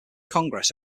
congress